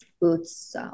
boots